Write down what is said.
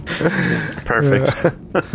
Perfect